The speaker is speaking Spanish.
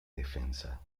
defensa